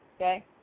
okay